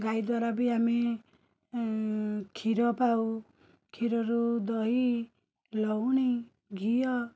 ଗାଈ ଦ୍ଵାରା ବି ଆମେ କ୍ଷୀର ପାଉ କ୍ଷୀରରୁ ଦହି ଲହୁଣୀ ଘିଅ